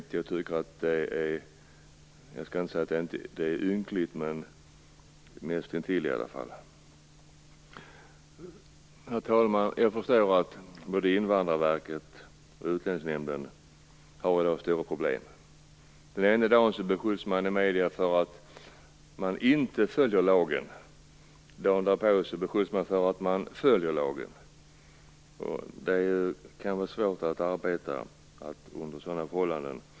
Jag skall inte säga att detta är ynkligt, men nästintill i alla fall. Herr talman! Jag förstår att både Invandrarverket och Utlänningsnämnden i dag har stora problem. Den ena dagen beskylls de i medierna för att de inte följer lagen. Dagen därpå beskylls de för att de följer lagen. Det kan vara svårt att arbeta under sådana förhållanden.